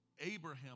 Abraham